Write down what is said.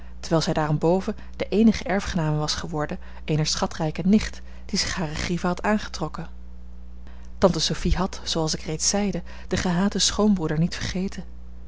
terwijl zij daarenboven de eenige erfgename was geworden eener schatrijke nicht die zich hare grieven had aangetrokken tante sophie had zooals ik reeds zeide den gehaten schoonbroeder niet vergeten